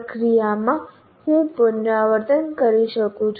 પ્રક્રિયામાં હું પુનરાવર્તન કરી શકું છું